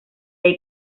ahí